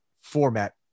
format